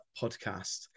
podcast